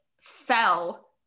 fell